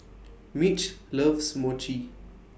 Mitch loves Mochi